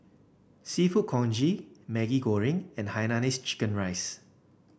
seafood Congee Maggi Goreng and Hainanese Chicken Rice